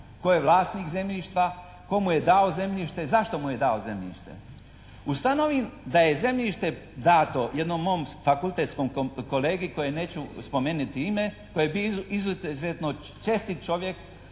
tko je vlasnik zemljišta, tko mu je dao zemljište, zašto mu je dao zemljište. Ustanovim da je zemljište dato jednom mom fakultetskom kolegi kojem neću spomeniti ime, koji je bio izuzetno čestit čovjek,